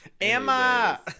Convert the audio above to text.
Emma